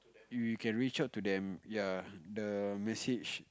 you can reach out to them ya the message